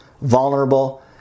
vulnerable